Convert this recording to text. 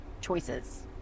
choices